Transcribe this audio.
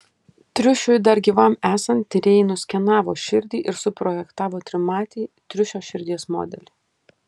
triušiui dar gyvam esant tyrėjai nuskenavo širdį ir suprojektavo trimatį triušio širdies modelį